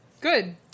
Good